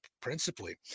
principally